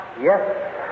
Yes